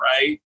right